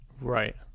Right